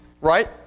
right